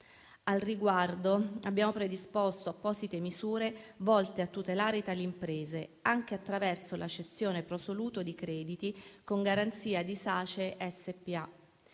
Al riguardo, abbiamo predisposto apposite misure volte a tutelare tali imprese, anche attraverso la cessione *pro soluto* di crediti con garanzia di Sace SpA.